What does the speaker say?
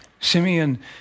Simeon